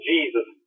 Jesus